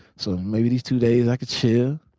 so maybe these two days i can chill.